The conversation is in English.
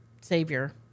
savior